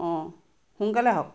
অঁ সোনকালে আহক